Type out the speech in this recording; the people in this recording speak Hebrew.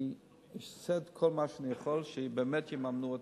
אני אעשה את כל מה שאני יכול שבאמת יממנו אותה.